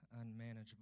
unmanageable